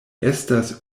estas